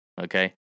Okay